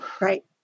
right